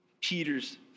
Peter's